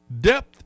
Depth